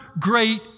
great